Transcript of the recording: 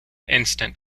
instant